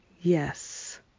Yes